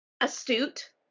astute